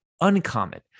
uncommon